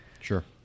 Sure